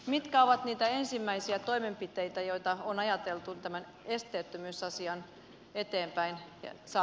mitkä ovat niitä ensimmäisiä toimenpiteitä joita on ajateltu tämän esteettömyysasian eteenpäinsaattamiseksi